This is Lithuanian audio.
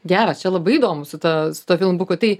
geras čia labai įdomu su ta su tuo filmuku tai